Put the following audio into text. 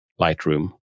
Lightroom